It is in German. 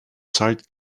zeit